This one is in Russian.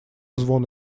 звон